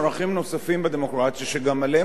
שגם עליהם אנחנו חייבים לשמור,